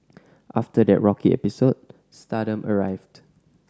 after that rocky episode stardom arrived